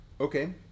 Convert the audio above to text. Okay